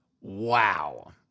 Wow